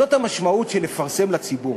זאת המשמעות של לפרסם לציבור.